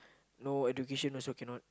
no education also cannot